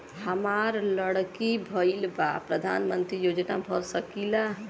हमार लड़की भईल बा प्रधानमंत्री योजना भर सकीला?